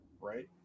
right